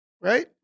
right